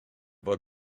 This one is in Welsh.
bod